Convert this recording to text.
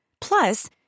Plus